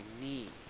need